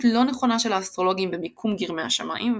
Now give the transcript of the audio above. לא נכונה של האסטרולוגים במיקום גרמי השמיים,